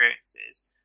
experiences